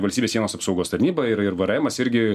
valstybės sienos apsaugos tarnyba ir ir vėrėemas irgi